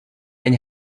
and